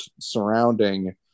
surrounding